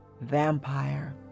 Vampire